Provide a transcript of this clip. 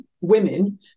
women